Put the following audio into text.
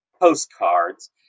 postcards